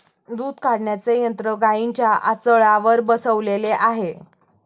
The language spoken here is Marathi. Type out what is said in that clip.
दूध काढण्याचे यंत्र गाईंच्या आचळावर बसवलेले आहे